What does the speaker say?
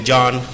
John